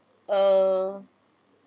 err